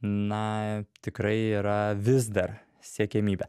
na tikrai yra vis dar siekiamybė